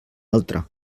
altre